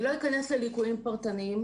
אני לא אכנס לליקויים פרטניים,